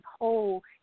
whole